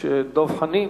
דב חנין